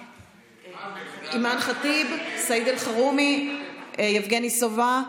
אימאן ח'טיב, סעיד אלחרומי, יבגני סובה,